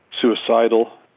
suicidal